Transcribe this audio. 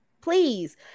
please